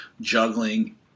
juggling